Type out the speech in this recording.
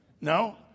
no